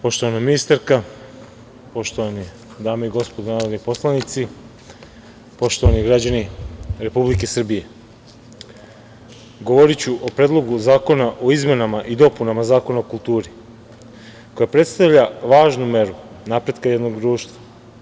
Poštovana ministarka, poštovane dame i gospodo narodni poslanici, poštovani građani Republike Srbije, govoriću o Predlogu zakona o izmenama i dopunama Zakona o kulturi, koja predstavlja važnu meru napretka jednog društva.